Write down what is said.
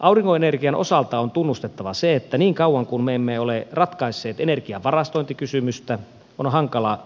aurinkoenergian osalta on tunnustettava se että niin kauan kuin me emme ole ratkaisseet energian varastointikysymystä on hankala